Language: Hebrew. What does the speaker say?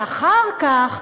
ואחר כך,